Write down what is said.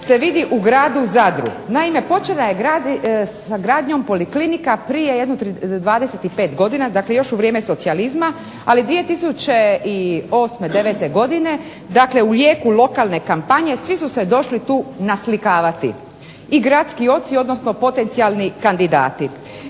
se vidi u gradu Zadru. Naime, počela je sa gradnjom poliklinika prije jedno 25 godina, dakle još u vrijeme socijalizma. Ali 2008., devete godine, dakle u jeku lokalne kampanje svi su se došli tu naslikavati i gradski oci, odnosno potencijalni kandidati